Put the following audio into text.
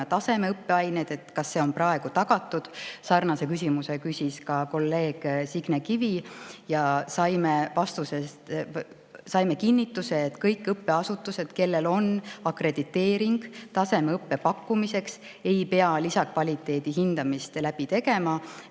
tasemeõppeaineid – kas see on praegu tagatud? Sarnase küsimuse küsis kolleeg Signe Kivi. Ja saime kinnituse, et ükski õppeasutus, kellel on akrediteering tasemeõppe pakkumiseks, ei pea lisakvaliteedihindamist läbi tegema.